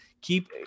Keep